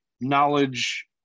knowledge